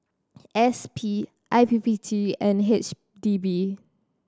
S P I P P T and H D B